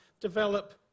develop